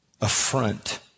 affront